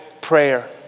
prayer